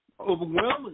overwhelmingly